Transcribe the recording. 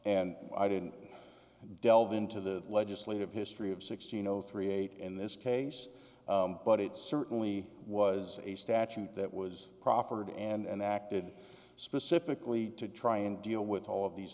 and i didn't delve into the legislative history of sixteen zero three eight in this case but it certainly was a statute that was proffered and acted specifically to try and deal with all of these